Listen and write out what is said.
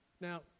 Now